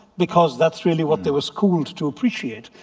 because that's really what they were schooled to appreciate.